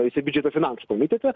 jisai biudžeto finansų komitete